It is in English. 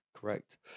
Correct